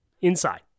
inside